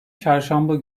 çarşamba